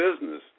business